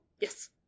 Yes